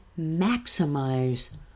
maximize